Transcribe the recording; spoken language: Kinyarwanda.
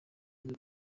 umaze